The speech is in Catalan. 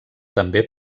també